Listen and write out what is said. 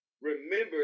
remember